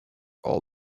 all